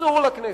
אסור לכנסת,